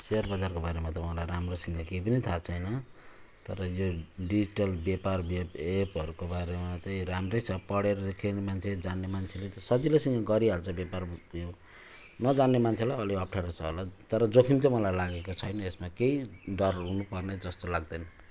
share बजारको बारेमा त मलाई राम्रोसँग केही पनि थाहा छैन तर यो डिजिटल ब्यापार भेप् एपहरूको बारेमा चाहिँ राम्रै छ पढेर त केही न मान्छे जान्ने मान्छेले त सजिलैसँग गरिहाल्छ ब्यापार भयो नजान्ने मान्छेलाई अलि अप्ठ्यारो छ होला तर जोखिम चाहिँ मलाई लागेको छैन यसमा केही डर हुनुपर्ने जस्तो लाग्दैन